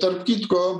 tarp kitko